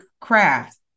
craft